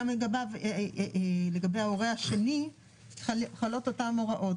גם לגבי ההורה השני חלות אותן ההוראות.